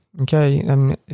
okay